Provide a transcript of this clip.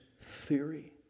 theory